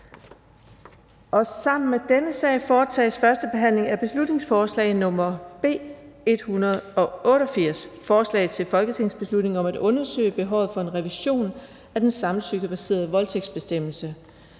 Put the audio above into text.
Sammen med dette punkt foretages: 25) 1. behandling af beslutningsforslag nr. B 188: Forslag til folketingsbeslutning om at undersøge behovet for en revision af den samtykkebaserede voldtægtsbestemmelse.